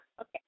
Okay